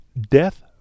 Death